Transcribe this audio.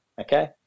okay